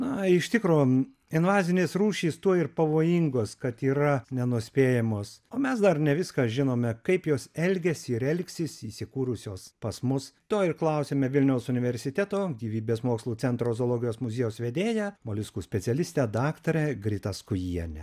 na iš tikro invazinės rūšys tuo ir pavojingos kad yra nenuspėjamos o mes dar ne viską žinome kaip jos elgiasi ir elgsis įsikūrusios pas mus to ir klausiame vilniaus universiteto gyvybės mokslų centro zoologijos muziejaus vedėją moliuskų specialistę daktarę gritą skujienę